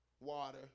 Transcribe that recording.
water